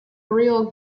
real